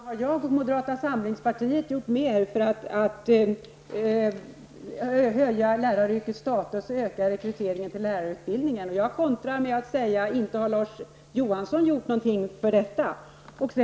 Herr talman! Larz Johansson, nog har jag och moderata samlingspartiet gjort mer för att höja läraryrkets status och öka rekryteringen till lärarutbildningen. Jag kontrar med att säga att inte har Larz Johansson gjort något för detta.